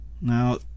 Now